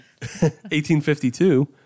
1852